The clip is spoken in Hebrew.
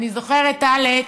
אני זוכרת, אלכס,